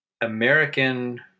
American